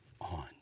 on